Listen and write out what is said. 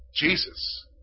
Jesus